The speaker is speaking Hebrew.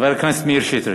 חבר הכנסת מאיר שטרית,